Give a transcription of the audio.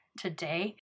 today